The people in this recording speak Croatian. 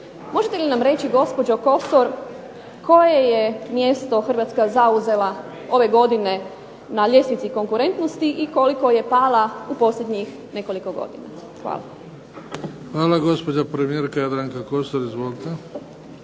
Možete li nam reći gospođo Kosor, koje je mjesto Hrvatska zauzela ove godine na ljestvici konkurentnosti i koliko je pala u posljednjih nekoliko godina. Hvala. **Bebić, Luka (HDZ)** Hvala. Gospođa premijerka Jadranka Kosor. Izvolite.